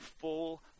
full